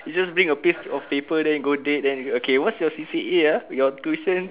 you just bring a piece of paper there then go date then okay what's your C_C_A ah your tuition